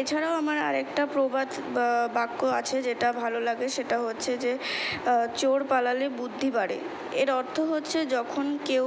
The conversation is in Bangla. এছাড়াও আমার আর একটা প্রবাদ বা বাক্য আছে যেটা ভালো লাগে সেটা হচ্ছে যে চোর পালালে বুদ্ধি বাড়ে এর অর্থ হচ্ছে যখন কেউ